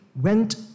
went